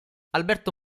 alberto